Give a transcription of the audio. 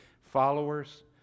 Followers